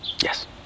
Yes